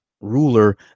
ruler